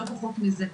לא פחות מזה.